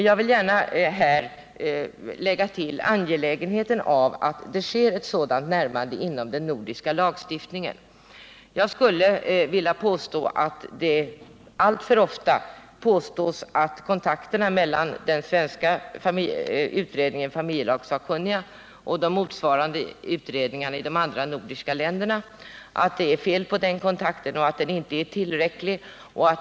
Jag vill här gärna betona angelägenheten av att det sker ett sådant närmande inom den nordiska lagstiftningen. Många påstår att kontakterna mellan familjelagssakkunniga i Sverige och motsvarande utredningar i de andra nordiska länderna inte är tillräckliga.